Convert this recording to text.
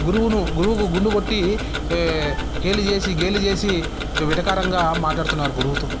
గురువును గురువుకు గుండు కొట్టి హే హేలి చేసి గేలి చేసి వెటకారంగా మాట్లాడుతున్నారు గురువుతో